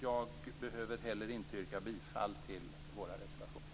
Jag behöver inte heller yrka bifall till våra reservationer.